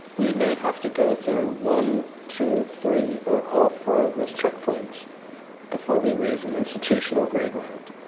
we may have to go through one, two, three or all four of these checkpoints before we raise an institutional grade round.